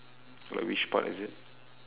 like which part is it